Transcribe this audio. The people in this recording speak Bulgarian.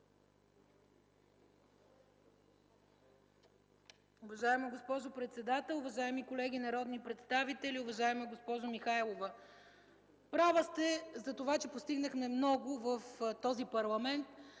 Уважаема госпожо председател, уважаеми колеги народни представители! Уважаема госпожо Михайлова, права сте за това, че постигнахме много в този парламент;